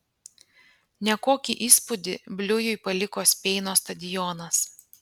nekokį įspūdį bliujui paliko speino stadionas